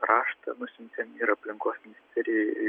raštą nusiuntėm ir aplinkos ministerijai